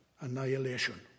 annihilation